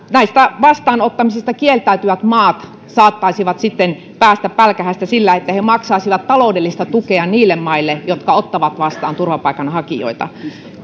näistä vastaanottamisista kieltäytyvät maat saattaisivat päästä pälkähästä sillä että he maksaisivat taloudellista tukea niille maille jotka ottavat vastaan turvapaikanhakijoita